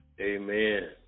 Amen